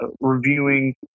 Reviewing